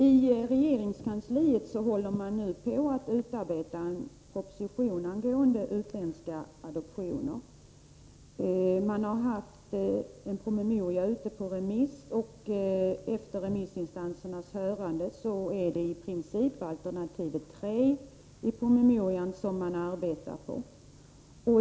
I regeringskansliet håller man nu på och utarbetar en proposition angående utländska adoptioner. Man har haft en promemoria ute på remiss, och efter remissinstansernas hörande är det i princip alternativ 3 i promemorian som man arbetar på.